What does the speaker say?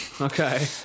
Okay